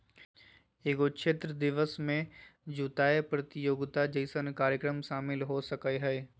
एगो क्षेत्र दिवस में जुताय प्रतियोगिता जैसन कार्यक्रम शामिल हो सकय हइ